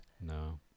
no